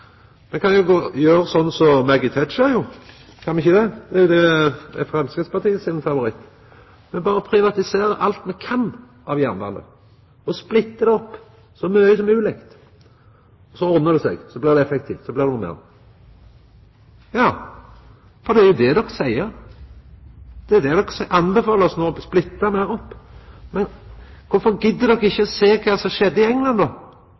Me kan jo gjera sånn som Margaret Thatcher gjorde, kan me ikkje? Det er jo Framstegspartiets favoritt. Me berre privatiserer alt me kan av jernbane – splittar det opp så mykje som mogleg, så ordnar det seg, så blir det effektivt. Ja, for det er det de seier. Det er det de anbefaler oss no: Splitt meir opp! Men korfor gidd de ikkje sjå kva som skjedde i England?